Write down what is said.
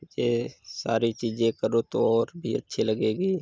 ये सारी चीज़ें करो तो और भी अच्छी लगेगी